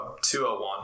201